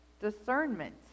discernment